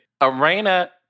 Arena